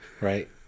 right